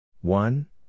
One